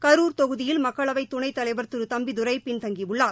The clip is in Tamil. கரூர் தொகுதியில் மக்களவை துணைத்தலைவா் திரு தம்பிதுரை பின்தங்கியுள்ளார்